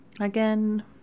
Again